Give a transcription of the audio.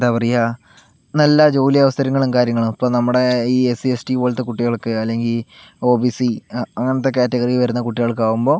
എന്താ പറയുക നല്ല ജോലി അവസരങ്ങളും കാര്യങ്ങളും ഇപ്പോൾ നമ്മുടെ ഈ എസ് സി എസ് ടി പോലത്തെ കുട്ടികൾക്ക് അല്ലെങ്കിൽ ഒ ബി സി അങ്ങനത്തെ കാറ്റഗറി വരുന്ന കുട്ടികൾക്കാവുമ്പോൾ